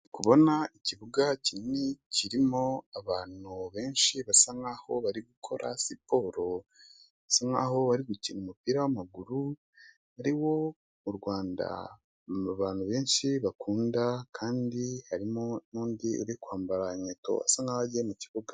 Ndikubona ikibuga kinini kirimo abantu benshi basa nkaho bari gukora siporo, bisa nkaho bari gukina umupira w'amaguru ariwo mu Rwanda abantu benshi bakunda, kandi harimo n'undi uri kwambara inkweto asa nkaho agiye mu kibuga.